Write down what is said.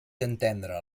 entendre